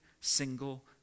single